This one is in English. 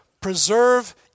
preserve